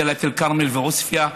דאלית אל-כרמל ועוספייא,